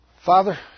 Father